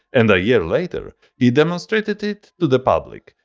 and a year later, he demonstrated it to the public.